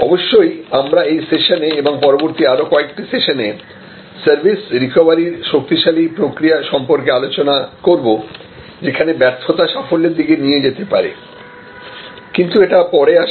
অবশ্যই আমরা এই সেশনে এবং পরবর্তী আরও কয়েকটি সেশানে সার্ভিস রিকভারি র শক্তিশালী প্রক্রিয়া সম্পর্কে আলোচনা করব যেখানে ব্যর্থতা সাফল্যের দিকে নিয়ে যেতে পারে কিন্তু এটি পরে আসে